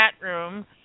room